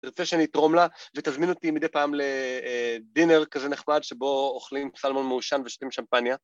תרצה שאני אתרום לה, ותזמין אותי מדי פעם לדינר כזה נחמד שבו אוכלים סלמון מעושן ושותים שמפניה.